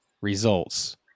results